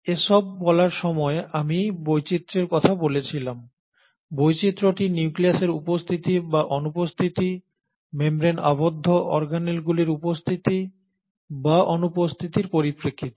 এসব বলার সময় আমি বৈচিত্র্যের কথা বলেছিলাম বৈচিত্রটি নিউক্লিয়াসের উপস্থিতি বা অনুপস্থিতি মেমব্রেন আবদ্ধ অর্গানেলগুলির উপস্থিতি বা অনুপস্থিতির পরিপ্রেক্ষিতে